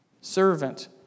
servant